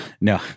no